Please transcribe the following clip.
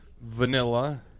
vanilla